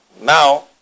Now